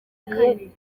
kane